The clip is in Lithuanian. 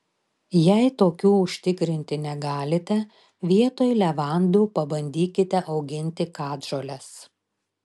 jei tokių užtikrinti negalite vietoj levandų pabandykite auginti katžoles